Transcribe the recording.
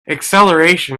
acceleration